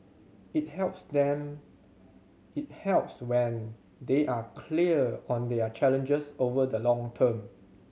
it helps then it helps when they are clear on their challenges over the long term